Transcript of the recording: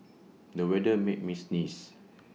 the weather made me sneeze